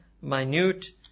minute